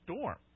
storm